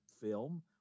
film